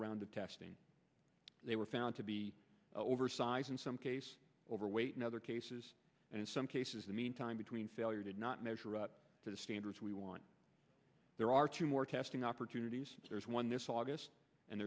initial round of testing they were found to be oversized in some cases overweight in other cases and in some cases the mean time between failure did not measure up to the standards we want there are two more testing opportunities there's one this august and